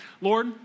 Lord